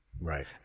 Right